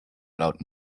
laut